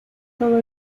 todo